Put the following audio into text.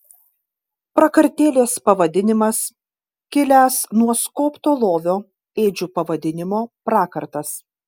prakartėlės pavadinimas kilęs nuo skobto lovio ėdžių pavadinimo prakartas